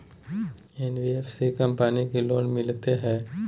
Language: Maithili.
एन.बी.एफ.सी कंपनी की लोन मिलते है?